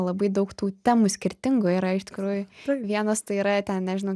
labai daug tų temų skirtingų yra iš tikrųjų vienos tai yra ten nežinau